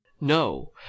no